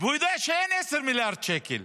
והוא יודע שאין 10 מיליארד שקל.